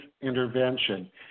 intervention